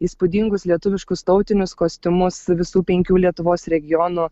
įspūdingus lietuviškus tautinius kostiumus visų penkių lietuvos regionų